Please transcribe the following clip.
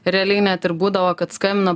realiai net ir būdavo kad skambina